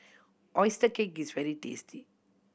oyster cake is very tasty